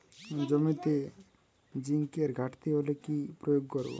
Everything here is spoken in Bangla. জমিতে জিঙ্কের ঘাটতি হলে কি প্রয়োগ করব?